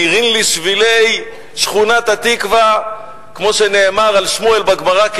נהירים לי שבילי שכונת התקווה כמו שנאמר על שמואל בגמרא,